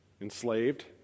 enslaved